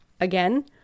Again